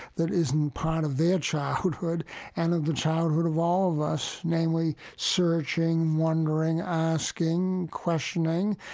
that isn't part of their childhood and of the childhood of all of us. namely, searching, wondering, asking, questioning,